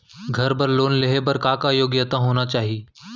घर बर लोन लेहे बर का का योग्यता होना चाही?